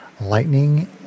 lightning